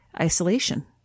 isolation